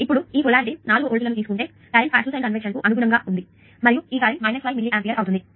ఇప్పుడు ఈ పొలారిటీ 4 వోల్ట్లను తీసుకుంటే మరియు కరెంటు పాసివ్ సైన్ కన్వెన్షన్ కు అనుగుణంగా ఉంటే ఈ కరెంట్ 5 మిల్లీ ఆంపియర్ అవుతుంది